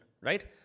right